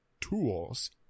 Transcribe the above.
tools